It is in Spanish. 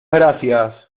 gracias